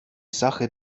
sache